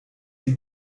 sie